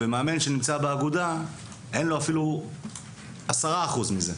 ומאמן שנמצא בעבודה אין לו אפילו עשרה אחוז מזה.